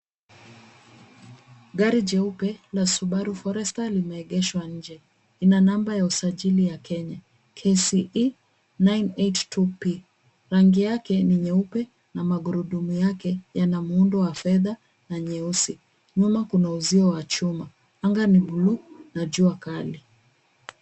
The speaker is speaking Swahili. Gari jeupe la Subaru Forester limeegeshwa nje. Lina namba ya usajili ya Kenya KCE 982P. Rangi yake ni nyeupe na magurudumu yake yana muundo wa fedha na nyeusi. Nyuma kuna uzio wa chuma. Anga ni bluu na jua kali.